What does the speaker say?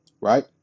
Right